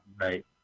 Right